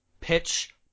pitch